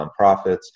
nonprofits